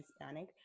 Hispanic